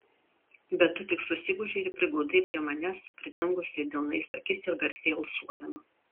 bet tu tik susigūžei ir prigludai prie manęs pridengusi delnais akis ir garsiai alsuodama